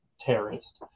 terrorist